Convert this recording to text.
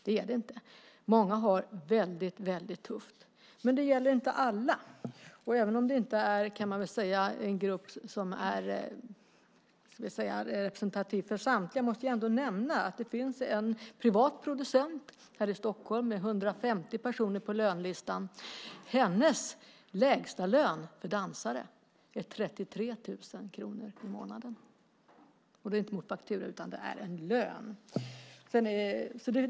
Det är det inte. Många har det väldigt tufft, men det gäller inte alla. Även om det inte är en grupp som är representativ för samtliga måste jag ändå nämna att det finns en privat producent här i Stockholm med 150 personer på lönelistan. Lägsta lönen för hennes dansare är 33 000 kronor i månaden, och det är inte mot faktura, utan det är en lön.